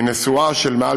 משיעור של מעל